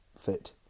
fit